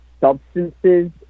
substances